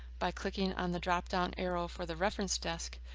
by clicking on the drop down arrow for the reference desk,